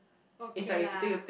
okay lah